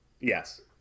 Yes